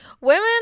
women